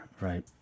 Right